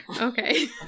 Okay